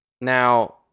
now